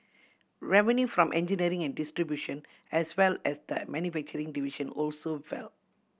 revenue from engineering and distribution as well as the manufacturing division also fell